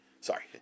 Sorry